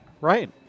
Right